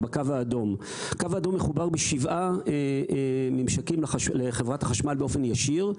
הקו האדום מחובר בשבעה מימשקים לחברת החשמל באופן ישיר.